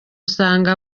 usanga